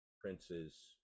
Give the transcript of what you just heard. Prince's